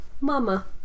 Mama